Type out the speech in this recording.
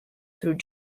through